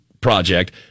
project